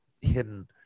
hidden